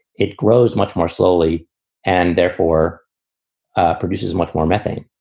it grows much more slowly and therefore ah produces much more methane.